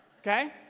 okay